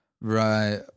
Right